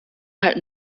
halten